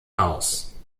aus